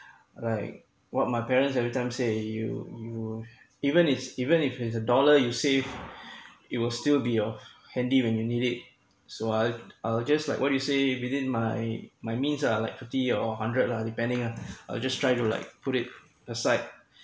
like what my parents every time say you you even if even if it's a dollar you save it will still be a handy when you need it so I'll I'll just like what do you say within my my means lah like fifty or one hundred lah depending lah I'll just try to like put it aside